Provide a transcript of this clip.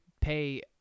pay